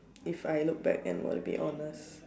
if I look back and want to be honest